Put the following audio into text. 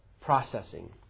processing